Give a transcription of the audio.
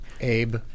Abe